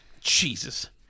Jesus